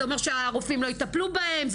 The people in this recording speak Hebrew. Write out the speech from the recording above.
זה אומר שהרופאים לא יטפלו בהם?